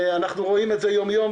אנחנו רואים את זה יומיום,